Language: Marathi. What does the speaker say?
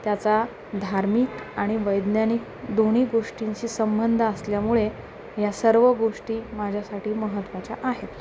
त्याचा धार्मिक आणि वैज्ञानिक दोन्ही गोष्टींची संबंध असल्यामुळे या सर्व गोष्टी माझ्यासाठी महत्त्वाच्या आहेत